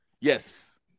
yes